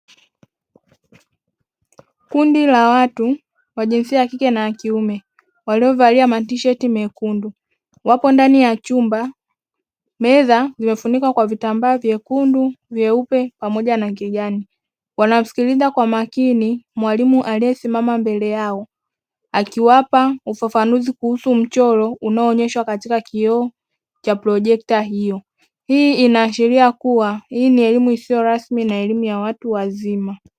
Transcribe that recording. Kundi la watu wa jinsia ya kike na ya kiume waliovalia matisheti mekundu wapo ndani ya chumba meza zimefunikwa kwa vitambaa vyekundu, vyeupe pamoja na kijani, wanamsikiliza kwa makini mwalimu aliyesimama mbele yao akiwapa ufafanuzi kuhusu mchoro unaoonyeshwa katika kioo cha projecta hiyo, hii inaashiria kuwa hii ni elimu isiyo rasmi na elimu ya watu wazima.